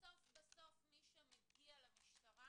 בסוף מי שמגיע למשטרה